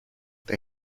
they